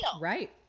Right